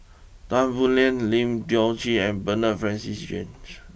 Tan Boo Liat Lim Tiong Ghee and Bernard Francis strange